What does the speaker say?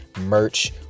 merch